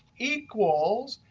equals,